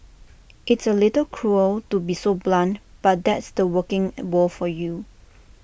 it's A little cruel to be so blunt but that's the working world for you